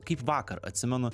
kaip vakar atsimenu